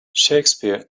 shakespeare